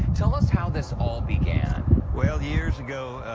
tell us how this all began. well, years ago,